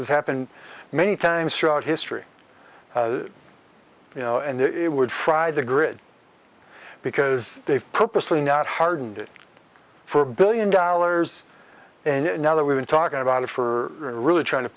has happened many times throughout history you know and it would fry the grid because they've purposely not hardened it for a billion dollars and now that we've been talking about it for really trying to